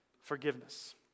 forgiveness